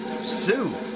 Sue